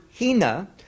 hina